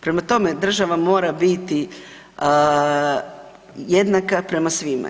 Prema tome, država mora biti jednaka prema svima.